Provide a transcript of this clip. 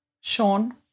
sean